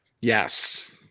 yes